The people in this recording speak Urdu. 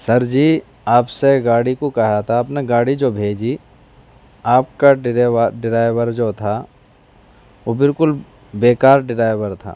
سر جی آپ سے گاڑی کو کہا تھا آپ نے گاڑی جو بھیجی آپ کا ڈریوا ڈرائور جو تھا وہ بالکل بیکار ڈرائور تھا